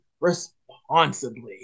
responsibly